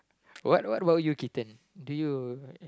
what what what about you kitten do you